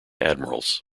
admirals